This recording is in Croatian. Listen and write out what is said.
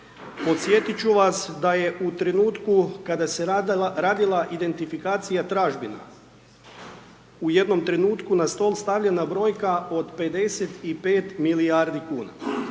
Podsjetiti ću vas, da je u trenutku kada se je radila identifikacija tražbina, u jednom trenutku na stol stavljena brojka od 55 milijardi kuna.